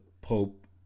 Pope